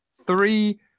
three